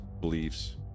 beliefs